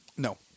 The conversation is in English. No